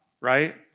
right